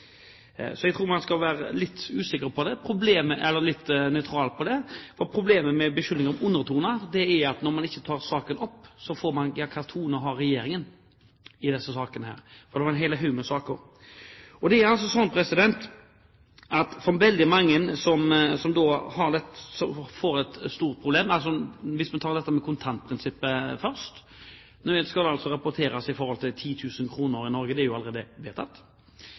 Jeg tror man skal være litt nøytral. Problemet med beskyldninger om «undertone» er at når man ikke tar saken opp, får man ikke fram hvilken tone regjeringen har i disse sakene. Det gjelder en hel haug med saker. Det er altså slik at veldig mange får et stort problem. Hvis man tar dette med kontantprinsippet først, skal 10 000 kr rapporteres i Norge. Det er jo allerede vedtatt.